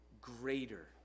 greater